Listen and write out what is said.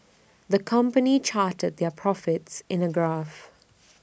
the company charted their profits in A graph